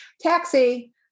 taxi